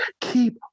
keep